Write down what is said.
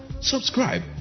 Subscribe